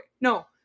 No